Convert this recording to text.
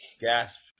Gasp